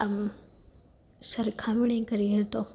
આમ સરખામણી કરીએ તો